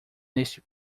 neste